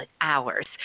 hours